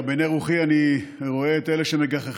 בעיני רוחי אני רואה את אלה שמגחכים